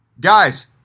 Guys